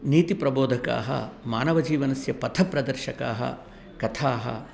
नीतिप्रबोदकाः मानवन जीवस्य पथप्रदर्शकाः कथाः